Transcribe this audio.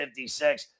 56